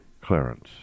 Clarence